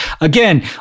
again